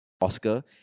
Oscar